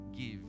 give